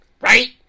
right